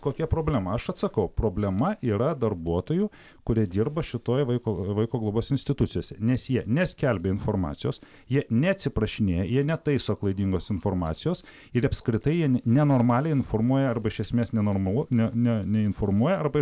kokia problema aš atsakau problema yra darbuotojų kurie dirba šitoj vaiko vaiko globos institucijose nes jie neskelbia informacijos jie neatsiprašinėja jie netaiso klaidingos informacijos ir apskritai jie nenormaliai informuoja arba iš esmės nenormalu ne ne neinformuoja arba